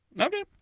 Okay